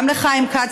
גם לחיים כץ,